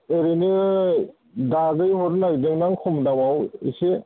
ओरैनो दागै हरनो नागिरदोंमोन आं खम दामाव इसे